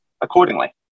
accordingly